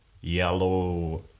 yellow